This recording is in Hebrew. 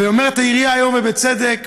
ואומרת העירייה היום, ובצדק: